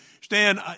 Stan